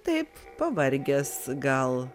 taip pavargęs gal